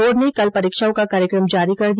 board ने कल परीक्षाओं का कार्यक्रम जारी कर दिया